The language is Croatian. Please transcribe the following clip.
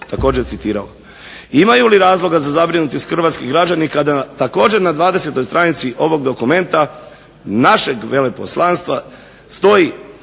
Imaju li razloga za zabrinutost hrvatski građani kada također na 20. stranici ovog dokumenta našeg veleposlanstva stoji